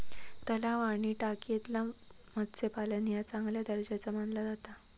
तलाव आणि टाकयेतला मत्स्यपालन ह्या चांगल्या दर्जाचा मानला जाता